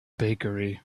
bakery